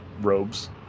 robes